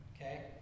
Okay